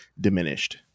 diminished